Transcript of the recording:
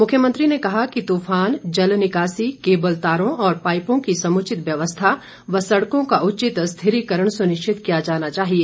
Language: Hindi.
मुख्यमंत्री ने कहा कि तूफान जल निकासी केबल तारों और पाईपों की समुचित व्यवस्था व सड़कों का उचित स्थिरीकरण सुनिश्चित किया जाना चाहिए